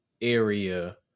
area